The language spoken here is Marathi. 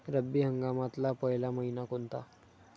रब्बी हंगामातला पयला मइना कोनता?